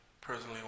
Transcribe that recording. personally